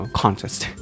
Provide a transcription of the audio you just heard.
contest